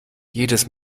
jedes